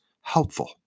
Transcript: helpful